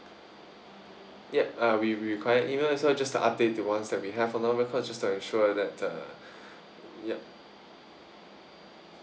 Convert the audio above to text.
yup uh we require email as well just to update the ones that we have on our record just to ensure that uh ya